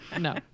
No